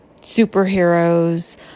superheroes